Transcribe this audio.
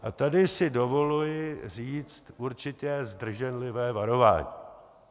A tady si dovoluji říct určité zdrženlivé varování.